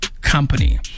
company